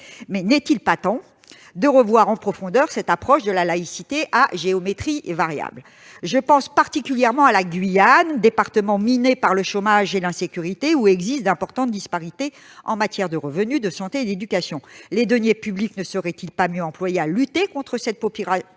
mais n'est-il pas temps de revoir en profondeur cette approche de la laïcité à géométrie variable ? Je pense particulièrement à la Guyane, département miné par le chômage et l'insécurité, où existent d'importantes disparités en matière de revenus, de santé et d'éducation. Les deniers publics ne seraient-ils pas mieux employés à lutter contre cette paupérisation